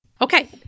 Okay